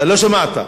לא שמעת.